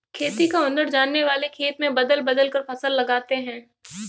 खेती का हुनर जानने वाले खेत में बदल बदल कर फसल लगाते हैं